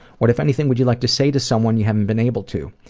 what, if anything, would you like to say to someone you haven't been able to?